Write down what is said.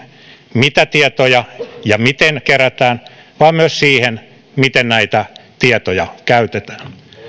mitä ja miten tietoja kerätään vaan myös siihen miten näitä tietoja käytetään